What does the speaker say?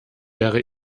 wäre